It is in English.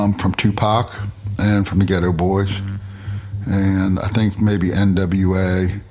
um from tupac and from the geto boys and, i think, maybe n w a.